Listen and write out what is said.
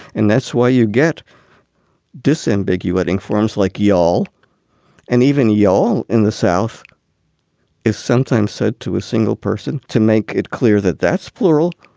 and that's why you get disambiguate ing forms like y'all and even y'all in the south is sometimes said to a single person to make it clear that that's plural.